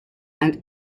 and